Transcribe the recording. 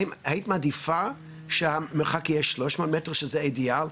האם היית מעדיפה שהמרחק יהיה 300 מטר שזה האידיאל?